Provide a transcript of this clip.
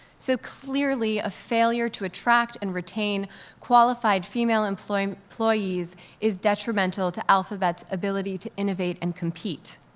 so, clearly, a failure to attract and retain qualified female employees employees is detrimental to alphabet's ability to innovate and compete.